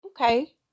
Okay